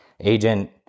Agent